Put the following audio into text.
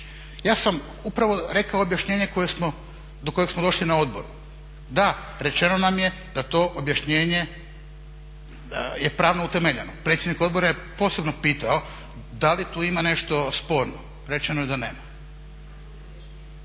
Ja sam upravo rekao objašnjenje koje smo, do kojeg smo došli na odboru, da rečeno nam je da to objašnjenje je pravno utemeljeno. Predsjednik odbora je posebno pitao da li tu ima nešto sporno, rečeno je da nema.